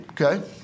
Okay